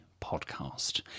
podcast